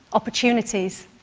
opportunities,